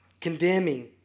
Condemning